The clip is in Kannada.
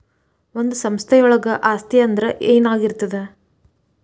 ಒಂದು ಸಂಸ್ಥೆಯೊಳಗ ಆಸ್ತಿ ಅಂದ್ರ ಏನಾಗಿರ್ತದ?